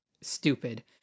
stupid